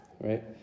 right